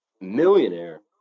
millionaire